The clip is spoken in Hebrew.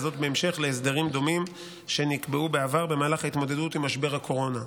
וזאת בהמשך להסדרים דומים שנקבעו בעבר במהלך ההתמודדות עם משבר הקורונה.